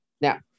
Now